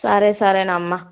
సరే సరే అమ్మ